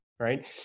right